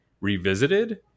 revisited